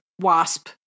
wasp